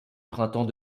printemps